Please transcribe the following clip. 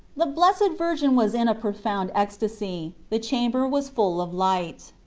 the blessed virgin was in a profound ecstasy the chamber was full of light.